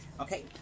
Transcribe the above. Okay